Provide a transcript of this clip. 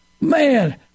Man